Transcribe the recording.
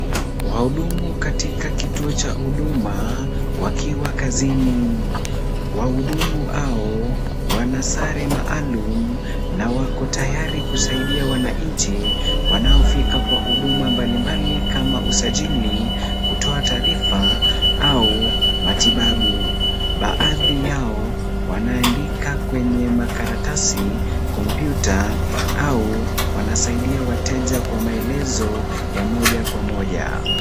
Wahudumu katika kituo cha huduma wakiwa kazini. Wahudumu hao, wana sare maalum na wako tayari kusaidia wananchi, wanaofika kwa huduma mbalimbali kama usajili, kutoa taarifa au matibabu. Baadhi yao wanaandika kwenye makaratasi, kompyuta au wanasaidia wateja kwa maelezo ya moja kwa moja.